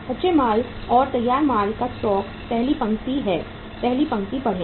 कच्चे माल और तैयार माल का स्टॉक पहली पंक्ति है पहली पंक्ति पढ़ें